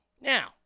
Now